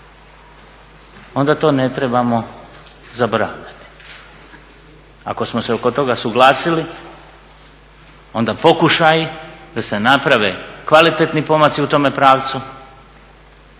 onda to ne trebamo zaboravljati. Ako smo se oko toga suglasili onda pokušaji da se naprave kvalitetni pomaci u tome pravcu